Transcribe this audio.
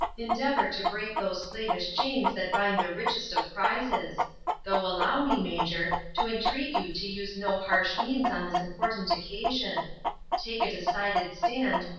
endeavor to break those slavish chains that bind the richest of prizes though allow me, major, to entreat you to use no harsh means on this important occasion take a decided stand,